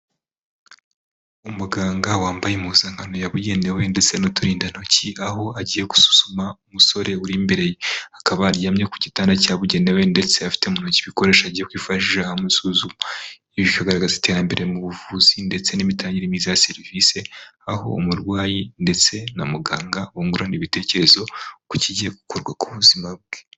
Umuganga wambaye impuzankano yabugenewe ndetse n'uturindantoki, aho agiye gusuzuma umusore uri imbereye, akaba aryamye ku gitanda cyabugenewe, ndetse afite mu ntoki ibikoreshasho agiye kwifashisha amusuzu, ibi bikagaragaza iterambere mu buvuzi, ndetse n'imitangire myiza ya serivisi, aho umurwayi ndetse na muganga bungurana ibitekerezo ku kigiye gukorwa ku buzima bwe.